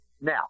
Now